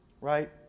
right